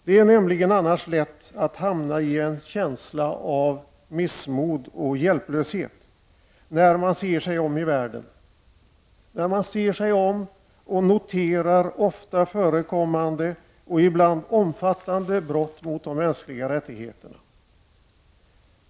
Det är nämligen annars lätt att hamna i en känsla av missmod och hjälplöshet när man ser sig om i världen och noterar ofta förekommande och ibland omfattande brott mot de mänskliga rättigheterna.